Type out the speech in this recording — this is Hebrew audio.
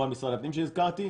נוהל משרד הפנים שהזכרתי.